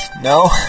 no